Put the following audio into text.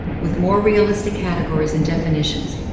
with more realistic categories and definitions,